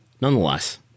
Nonetheless